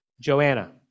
Joanna